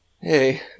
Hey